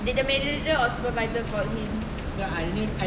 did the the manager or supervisor call him